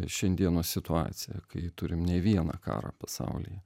šiandienos situacija kai turim ne vieną karą pasaulyje